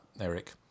Eric